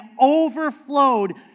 overflowed